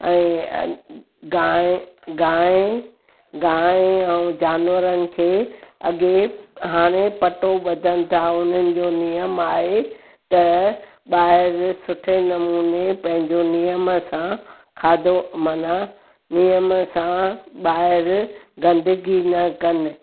ऐं गांइ गांइ गांइ ऐं जानवरनि खे अॻिए हाणे पटो बधनि था उन्हनि जो नियम आहे त ॿाहिरि सुठे नमूने पंहिंजो नियम सां खाधो माना नियम सां ॿाहिरि गंदगी न कनि